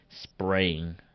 spraying